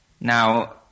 Now